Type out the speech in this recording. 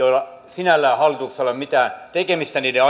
sinällään hallituksella ei ole mitään tekemistä niiden